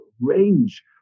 range